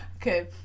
Okay